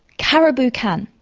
caribou can,